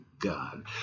God